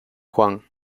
juan